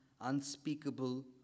unspeakable